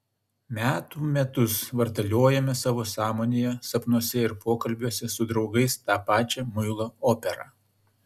metų metus vartaliojame savo sąmonėje sapnuose ir pokalbiuose su draugais tą pačią muilo operą